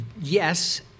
Yes